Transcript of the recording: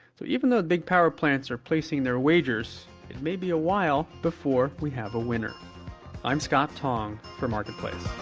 so even though the big power plants are placing their wagers, it may be a while before we have a winner i'm scott tong for marketplace